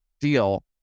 deal